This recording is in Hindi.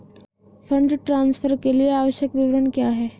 फंड ट्रांसफर के लिए आवश्यक विवरण क्या हैं?